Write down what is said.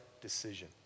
decision